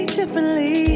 differently